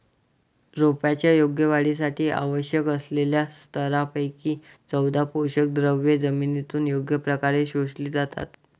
रोपांच्या योग्य वाढीसाठी आवश्यक असलेल्या सतरापैकी चौदा पोषकद्रव्ये जमिनीतून योग्य प्रकारे शोषली जातात